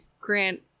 grant